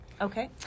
Okay